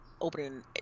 opening